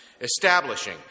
establishing